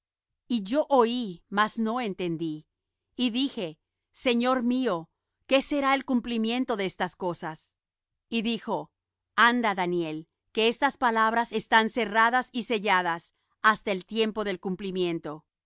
y yo oí mas no entendí y dije señor mío qué será el cumplimiento de estas cosas y dijo anda daniel que estas palabras están cerradas y selladas hasta el tiempo del cumplimiento